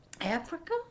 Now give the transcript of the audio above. Africa